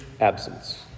absence